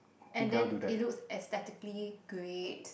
and then it looks aesthetically great